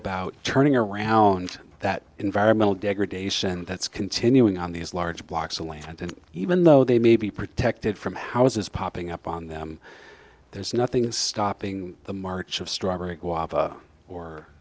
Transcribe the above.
about turning around that environmental degradation that's continuing on these large blocks of land and even though they may be protected from houses popping up on them there's nothing is stopping the march of strawberry g